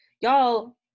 y'all